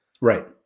Right